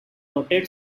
noted